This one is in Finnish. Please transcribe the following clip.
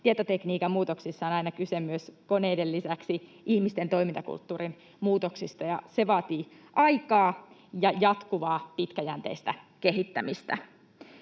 tietotekniikan muutoksissa on aina kyse myös koneiden lisäksi ihmisten toimintakulttuurin muutoksista, ja se vaatii aikaa ja jatkuvaa pitkäjänteistä kehittämistä.